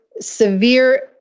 severe